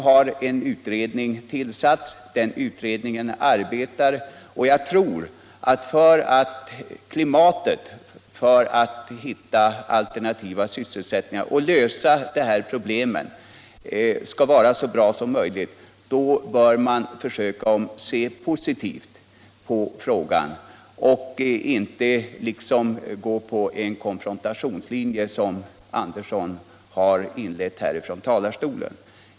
En utredning har tillsatts, och den arbetar. För att klimatet när det gäller att hitta alternativa sysselsättningar och lösa detta problem skall bli så bra som möjligt bör man försöka se positivt på frågan och inte gå på en konfrontationslinje, vilket Georg Andersson har gjort här i talarstolen.